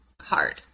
hard